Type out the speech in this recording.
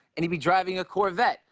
and he'd be driving a corvette.